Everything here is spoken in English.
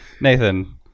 nathan